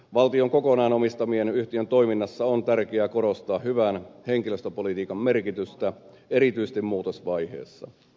valtion kokonaan omistamien yhtiöiden toiminnassa on tärkeä korostaa hyvän henkilöstöpolitiikan merkitystä erityisesti muutosvaiheessa